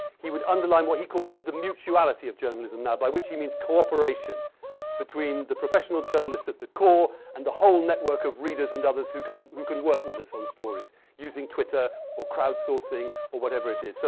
he would underline what he calls the mutuality of journalism, yeah by which he means cooperation between the professional journalists at the core and the whole network of readers and others who can who can work with us on stories using twitter or crowd-sourcing or whatever it is. so